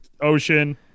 ocean